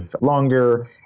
longer